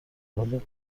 حال